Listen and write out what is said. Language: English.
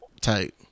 Tight